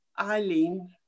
Eileen